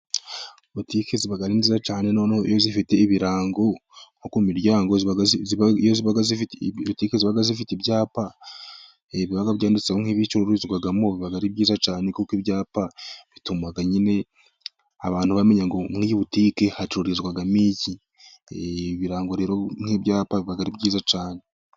Butike ziba ari nziza cyane. Noneho iyo zifite ibirango nko ku miryango, butike ziba zifite ibyapa biba byanditseho nk'ibicururizwamo biba ari byiza cyane kuko ibyapa bituma nyine abantu bamenya ngo "muri iyi butike hacururizwamo iki". ibirango rero nk'ibyapa biba ari byiza cyane.